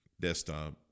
desktop